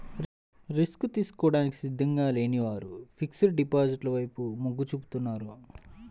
risk తీసుకోవడానికి సిద్ధంగా లేని వారు ఫిక్స్డ్ డిపాజిట్ల వైపు మొగ్గు చూపుతున్నారు